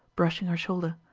brushing her shoulder.